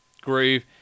groove